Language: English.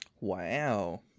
Wow